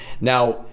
Now